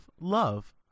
love